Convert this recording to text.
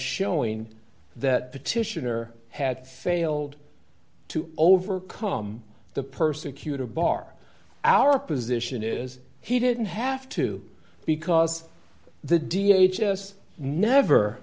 showing that petitioner had failed to overcome the persecutor bar our position is he didn't have to because the da just never